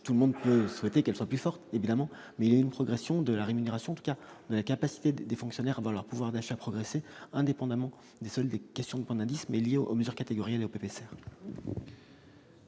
tout le monde peut souhaiter qu'elle soit plus forte, évidemment, mais il y a une progression de la rémunération en tout cas de la capacité des fonctionnaires dans leur pouvoir d'achat progressait indépendamment des seules questions d'indices mais liés aux mesures catégorielles au PC.